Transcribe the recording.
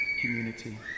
community